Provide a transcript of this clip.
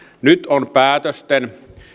nyt on päätösten